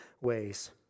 ways